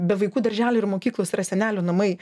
be vaikų darželio ir mokyklos yra senelių namai